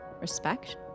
respect